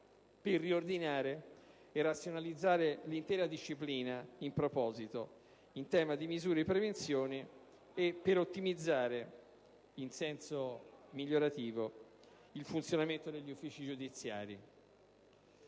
per riordinare e razionalizzare l'intera disciplina in tema di misure di prevenzione in proposito e per ottimizzare in senso migliorativo il funzionamento degli uffici giudiziari.